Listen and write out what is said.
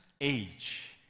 age